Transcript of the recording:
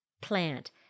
plant